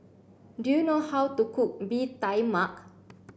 do you know how to cook Bee Tai Mak